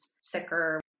sicker